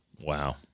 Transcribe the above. Wow